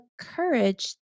courage